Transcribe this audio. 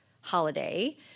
holiday